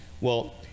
Well-